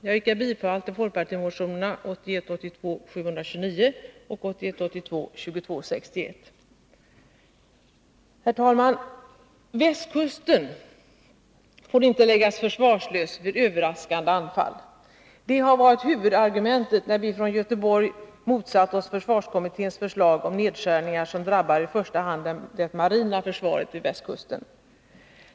Jag yrkar bifall till folkpartimotionerna 1981 82:2261. Västkusten får inte läggas försvarslös vid överraskande anfall. Det har varit huvudargumentet när vi från Göteborg motsatte oss försvarskommitténs förslag om nedskärningar som drabbar i första hand det marina försvaret vid västkusten.